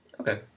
Okay